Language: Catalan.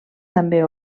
també